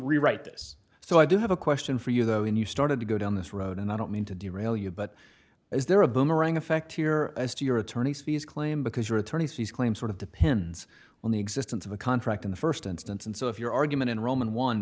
rewrite this so i do have a question for you though when you started to go down this road and i don't mean to derail you but is there a boomerang effect here as to your attorney's fees claim because your attorney's fees claim sort of depends on the existence of a contract in the first instance and so if your argument and roman one